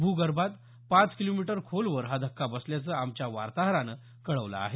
भुगर्भात पाच किलोमीटर खोलवर हा धक्का बसल्याचं आमच्या वातार्हरानं कळवलं आहे